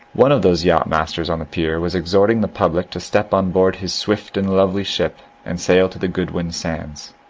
one of those yacht-masters on the pier was exhorting the public to step on board his swift and lovely ship and sail to the goodwin sands,